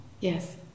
Yes